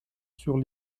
sur